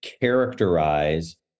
characterize